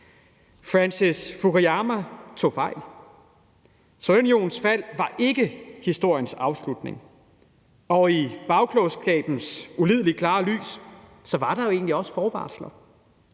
Francis Fukuyama tog fejl; Sovjetunionens fald var ikke historiens afslutning, og i bagklogskabens ulidelig klare lys var der jo egentlig også forvarsler